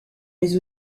mais